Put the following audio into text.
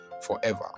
forever